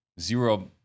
zero